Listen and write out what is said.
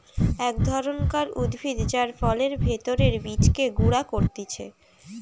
এক ধরণকার উদ্ভিদ যার ফলের ভেতরের বীজকে গুঁড়া করতিছে